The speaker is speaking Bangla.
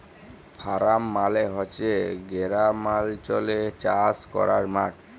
ফারাম মালে হছে গেরামালচলে চাষ ক্যরার মাঠ